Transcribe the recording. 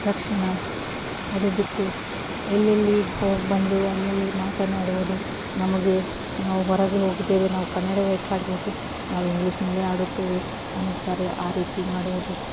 ಲಕ್ಷಣ ಅದು ಬಿಟ್ಟು ಎಲ್ಲೆಲ್ಲಿ ಹೋಗ್ಬಂದು ಅಲ್ಲಲ್ಲಿ ಮಾತನಾಡವುದು ನಮಗೆ ನಾವು ಹೊರಗೆ ಹೋಗಿದ್ದೇವೆ ನಾವು ಕನ್ನಡ ಯಾಕೆ ಆಡಬೇಕು ನಾವು ಇಂಗ್ಲೀಷ್ನಲ್ಲೇ ಆಡುತ್ತೇವೆ ಅನ್ನುತ್ತಾರೆ ಆ ರೀತಿ ಮಾಡುವುದು